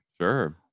Sure